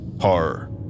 horror